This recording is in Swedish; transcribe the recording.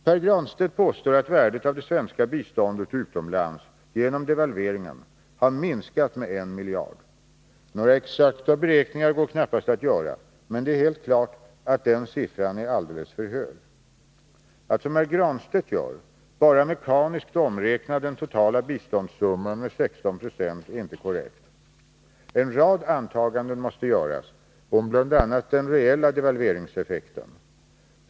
Herr Granstedt påstår att värdet av det svenska biståndet utomlands genom devalveringen har minskat med 1 miljard. Några exakta beräkningar går knappast att göra, men det är helt klart att den siffran är alldeles för hög. Att som herr Granstedt gör bara mekaniskt omräkna den totala biståndssumman med 16 96 är inte korrekt. En rad antaganden måste göras om bl.a. den reella devalveringseffekten.